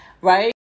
right